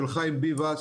של חיים ביבס